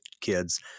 kids